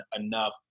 enough